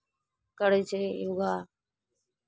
करै छै योगा